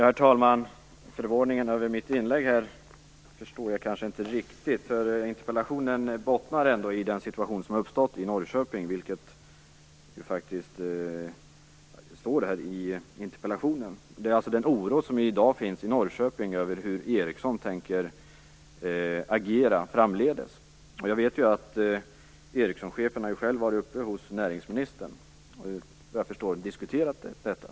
Herr talman! Jag förstår kanske inte riktigt förvåningen över mitt inlägg. Interpellationen bottnar i den situation som har uppstått i Norrköping. Det står faktiskt i interpellationen. Det finns en oro i Norrköping i dag över hur Ericsson tänker agera framdeles. Jag vet att chefen för Ericsson själv har varit uppe hos näringsministern och diskuterat detta.